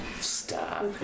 Stop